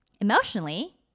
emotionally